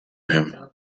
him